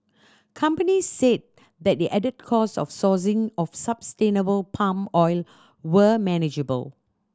companies said that the added costs of sourcing of sustainable palm oil were manageable